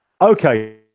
Okay